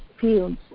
fields